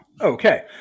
Okay